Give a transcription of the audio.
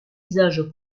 usage